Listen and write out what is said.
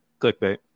Clickbait